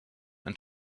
and